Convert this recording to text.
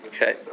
Okay